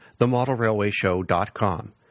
themodelrailwayshow.com